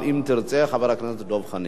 ואחריו, אם ירצה, חבר הכנסת דב חנין.